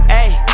ayy